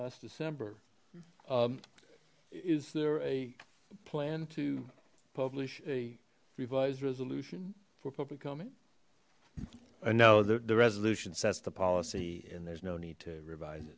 last december is there a plan to publish a revised resolution for public coming i know the resolution sets the policy and there's no need to revise